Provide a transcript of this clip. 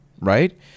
right